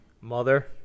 Mother